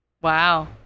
Wow